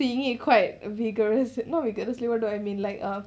seeing you quite vigorous not vigorous I mean like uh